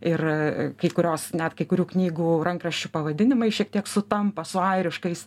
ir kai kurios net kai kurių knygų rankraščių pavadinimai šiek tiek sutampa su airiškais